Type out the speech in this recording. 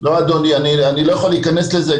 לא, אדוני, אני לא יכול להיכנס לזה.